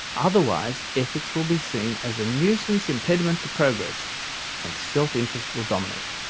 otherwise ethics will be seen as a nuisance impediment to progress and self-interest will dominate.